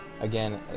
again